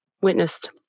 witnessed